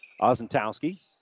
Ozentowski